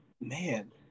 Man